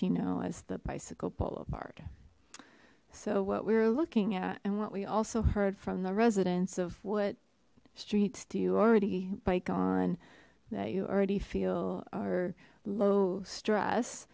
chino as the bicycle boulevard so what we're looking at and what we also heard from the residents of what streets do you already bike on that you already feel are low stress